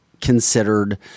considered